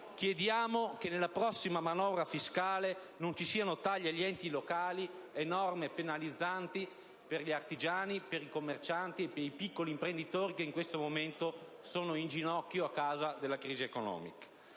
Chiediamo che nella prossima manovra fiscale non ci siano tagli agli enti locali e norme penalizzanti per gli artigiani, per i commercianti e per i piccoli imprenditori, che in questo momento sono in ginocchio a causa della crisi economica.